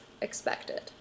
expected